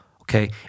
okay